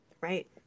Right